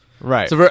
Right